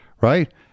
right